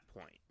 point